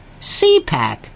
CPAC